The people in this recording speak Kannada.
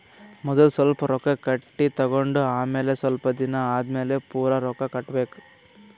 ಮದಲ್ ಸ್ವಲ್ಪ್ ರೊಕ್ಕಾ ಕಟ್ಟಿ ತಗೊಂಡ್ ಆಮ್ಯಾಲ ಸ್ವಲ್ಪ್ ದಿನಾ ಆದಮ್ಯಾಲ್ ಪೂರಾ ರೊಕ್ಕಾ ಕಟ್ಟಬೇಕ್